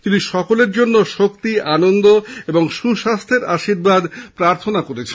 তিনি সকলের জন্য শক্তি আনন্দ এবং সুস্বাস্হ্যের আশীর্বাদ প্রার্থনা করেছেন